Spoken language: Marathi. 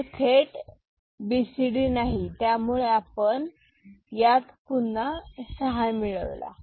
हे थेट एबीसीडी नाही यामुळे आपण यात पुन्हा सहा मिळवले